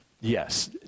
yes